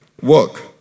Work